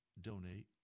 donate